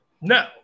No